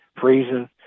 freezing